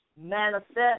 manifest